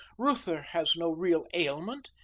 reuther has no real ailment,